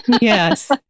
Yes